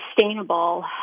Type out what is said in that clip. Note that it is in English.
sustainable